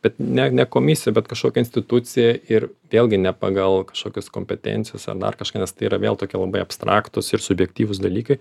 bet ne ne komisiją bet kažkokią instituciją ir vėlgi ne pagal kažkokias kompetencijas ar dar kažką nes tai yra vėl tokie labai abstraktūs ir subjektyvūs dalykai